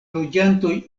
loĝantoj